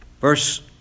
verse